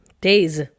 days